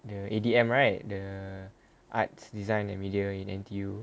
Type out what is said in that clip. the A_D_M right the arts design and media in N_T_U